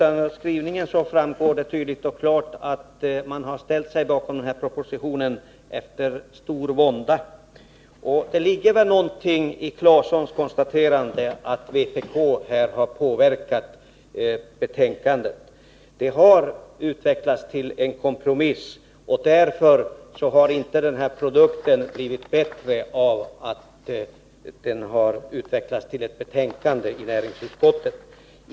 Av skrivningen framgår tydligt och klart att det är efter stor vånda man har ställt sig bakom propositionen. Det ligger väl någonting i vad Tore Claeson säger om att vpk har påverkat betänkandet. Det har skett en kompromiss i näringsutskottet, men det har inte gjort produkten bättre.